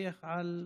לפקח על,